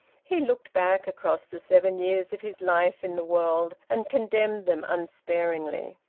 he looked back across the seven years of his life in the world, and condemned them unsparingly.